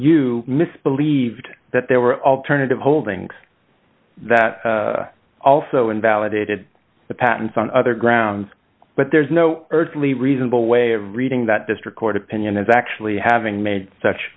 you miss believed that there were alternative holdings that also invalidated the patents on other grounds but there's no earthly reason but a way of reading that district court opinion as actually having made such